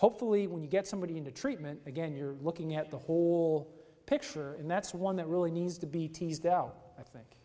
hopefully when you get somebody into treatment again you're looking at the whole picture and that's one that really needs to be teased out i think